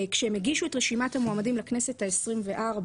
כשהם הגישו את רשימת המועמדים לכנסת העשרים-וארבע,